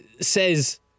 says